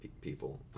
people